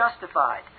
justified